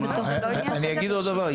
אני אגיד עוד דבר,